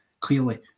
Clearly